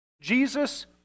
Jesus